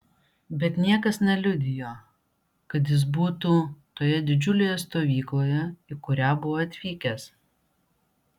bet niekas neliudijo kad jis būtų toje didžiulėje stovykloje į kurią buvo atvykęs